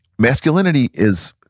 masculinity is,